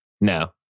No